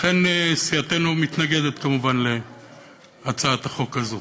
לכן, סיעתנו מתנגדת כמובן להצעת החוק הזאת.